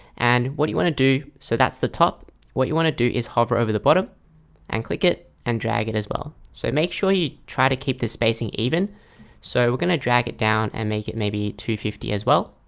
and what do you want to do? so that's the top what you want to do is hover over the bottom and click it and drag it as well so make sure you try to keep the spacing even so we're going to drag it down and make it maybe two hundred and fifty as well